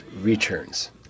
Returns